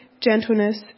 gentleness